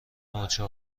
نوچه